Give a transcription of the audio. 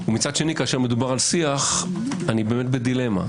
מצד שני כשמדובר על שיח - אני בדילמה.